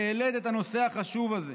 שהעלית את הנושא החשוב הזה.